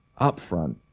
upfront